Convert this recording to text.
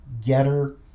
getter